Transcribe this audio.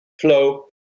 flow